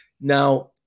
now